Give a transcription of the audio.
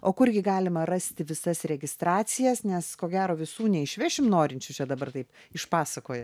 o kurgi galima rasti visas registracijas nes ko gero visų neišvešim norinčių čia dabar taip išpasakoja